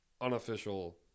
unofficial